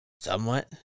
somewhat